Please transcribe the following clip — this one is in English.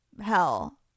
hell